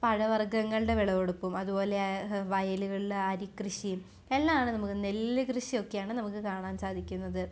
പഴവർഗ്ഗങ്ങളുടെ വിളവെടുപ്പും അതുപോലെ ആ വയലുകളിൽ അരി കൃഷീം എല്ലാമാണ് നമുക്ക് നെല്ല് കൃഷി ഒക്കെയാണ് നമുക്ക് കാണാൻ സാധിക്കുന്നത്